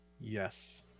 Yes